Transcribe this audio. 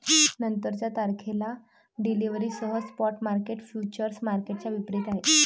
नंतरच्या तारखेला डिलिव्हरीसह स्पॉट मार्केट फ्युचर्स मार्केटच्या विपरीत आहे